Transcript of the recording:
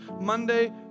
Monday